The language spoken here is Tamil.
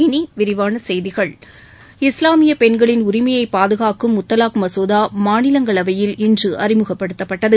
இனி விரிவான செய்திகள் இஸ்லாமிய பெண்களின் உரிமையை பாதுகாக்கும் முத்தலாக் மசோதா மாநிலங்களவையில் இன்று அறிமுகப்படுத்தப்பட்டது